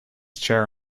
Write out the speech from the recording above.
chair